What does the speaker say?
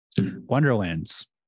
wonderlands